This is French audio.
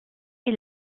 est